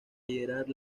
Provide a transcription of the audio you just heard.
liderar